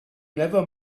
never